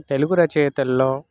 Telugu రచయితల్లో